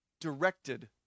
directed